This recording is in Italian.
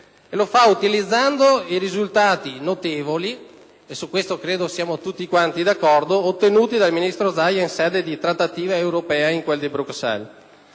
lo fa utilizzando i risultati notevoli - su questo siamo tutti quanti d'accordo - ottenuti dal ministro Zaia in sede di trattativa europea a Bruxelles.